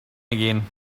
again